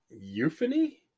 euphony